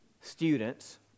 students